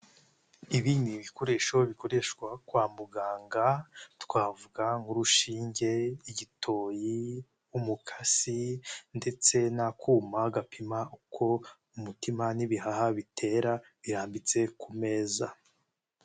Ibi ni ibikoresho bikoreshwa kwa muganga twavuga nk'urushinge, igitoyi, umukasi ndetse n'akuma gapima uko umutima n'ibihaha bitera neza birambitse ku meza.